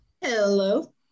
Hello